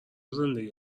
زندگی